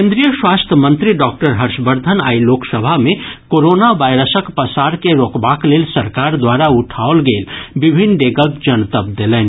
केन्द्रीय स्वास्थ्य मंत्री डॉक्टर हर्षवर्धन आइ लोकसभा मे कोरोना वायरसक पसार के रोकबाक लेल सरकार द्वारा उठाओल गेल विभिन्न डेगक जनतब देलनि